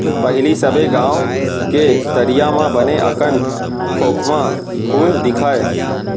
पहिली सबे गॉंव के तरिया म बने अकन खोखमा फूल दिखय